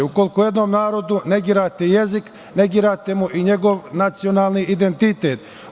Ukoliko jednom narodu negirate jezik, negirate mu i njegov nacionalni identitet.